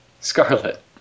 Scarlet